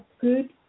good